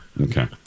Okay